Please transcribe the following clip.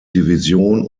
division